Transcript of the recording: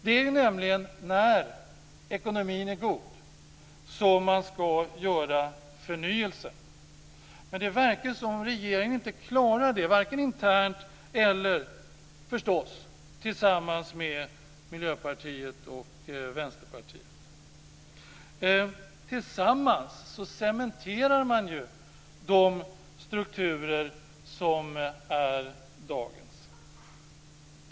Det är nämligen när ekonomin är god som man ska göra förnyelse, men det verkar som om regeringen inte klarar det, varken internt eller - förstås - tillsammans med Miljöpartiet och Vänsterpartiet. Tillsammans cementerar man ju de strukturer som är dagens.